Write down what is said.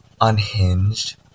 unhinged